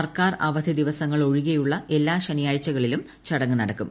സർക്കാർ അവധി ദിവസങ്ങളൊഴികെയുള്ള എല്ലാ ശനിയാഴ്ചകളിലും ചടങ്ങ് നടക്കും